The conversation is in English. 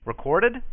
Recorded